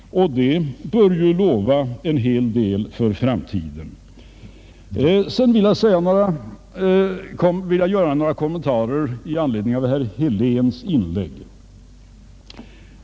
Det bör lova en hel del för framtiden. Sedan vill jag göra några kommentarer med anledning av herr Heléns anförande.